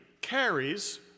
carries